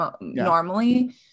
normally